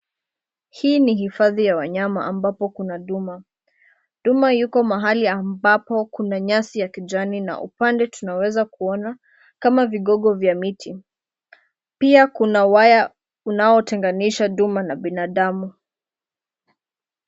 Hii ni hifadhi ya wanyama ambapo kuna duma. Duma yuko mahali ambapo kuna nyasi ya kijani na upande tunaweza kuona, kama vigogo vya miti. Pia kuna waya unaotenganisha duma na binadamu.